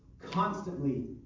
constantly